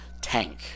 tank